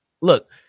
look